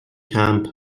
کمپ